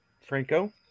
Franco